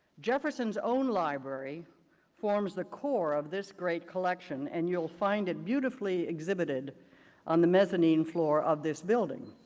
jefferson's own library forms the core of this great collection and you will find it beautifully exhibited on the mezzanine floor of this building.